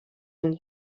den